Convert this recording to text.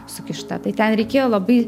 sukišta tai ten reikėjo labai